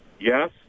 yes